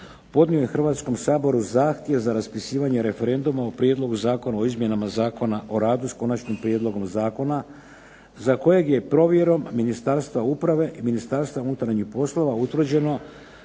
podnio je Hrvatskom saboru zahtjev za raspisivanje referenduma o Prijedlogu zakona o izmjenama Zakona o radu s Konačnim prijedlogom zakona za kojeg je provjerom Ministarstva uprave i Ministarstva unutarnjih poslova utvrđeno